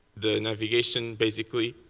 the navigation, basically,